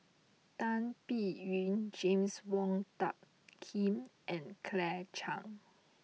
Tan Biyun James Wong Tuck Yim and Claire Chiang